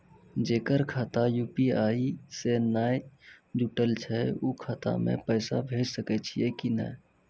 जेकर खाता यु.पी.आई से नैय जुटल छै उ खाता मे पैसा भेज सकै छियै कि नै?